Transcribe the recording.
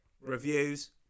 reviews